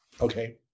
Okay